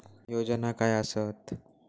योजना काय आसत?